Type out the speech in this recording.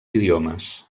idiomes